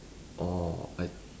orh I